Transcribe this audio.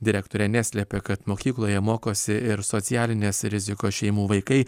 direktorė neslepia kad mokykloje mokosi ir socialinės rizikos šeimų vaikai